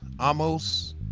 Amos